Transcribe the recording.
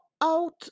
out